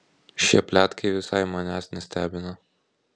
šie pletkai visai manęs nestebina